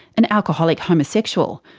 an alcoholic homosexual.